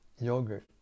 Yogurt